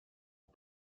aux